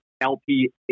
LP